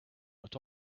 but